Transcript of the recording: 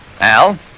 Al